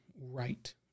right